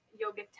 yoga